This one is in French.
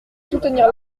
soutenir